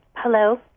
Hello